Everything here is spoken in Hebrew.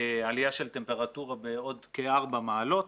עלייה של הטמפרטורה בעוד כ-4 מעלות,